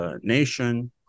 nation